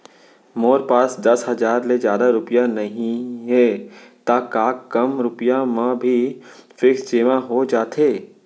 मोर पास दस हजार ले जादा रुपिया नइहे त का कम रुपिया म भी फिक्स जेमा हो जाथे?